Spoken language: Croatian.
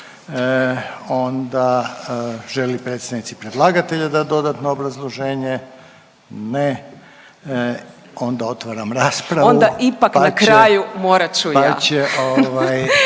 onda žele li predstavnici predlagatelja dat dodatno obrazloženje? Ne, onda otvaram raspravu …/Upadica Peović: Onda ipak na kraju morat ću ja./… pa će